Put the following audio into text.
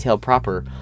proper